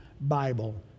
Bible